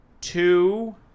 Two